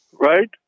Right